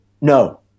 No